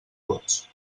vots